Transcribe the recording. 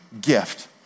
gift